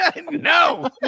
No